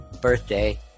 birthday